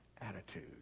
attitude